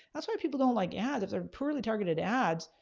that's why people don't like ads those are poorly targeted ads,